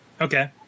okay